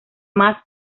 más